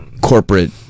corporate